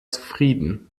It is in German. zufrieden